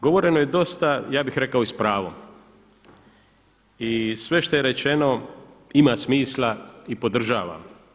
Govoreno je dosta ja bih rekao i s pravom i sve što je rečeno ima smisla i podržavam.